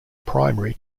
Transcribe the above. primary